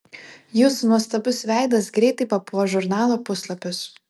jūsų nuostabus veidas greitai papuoš žurnalo puslapius